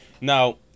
Now